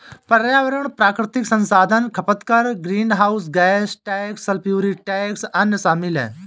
पर्यावरण प्राकृतिक संसाधन खपत कर, greenhouse gas tax, sulphuric tax, अन्य शामिल हैं